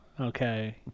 Okay